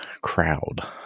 crowd